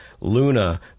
Luna